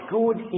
good